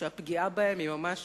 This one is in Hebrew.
שהפגיעה בהם היא ממש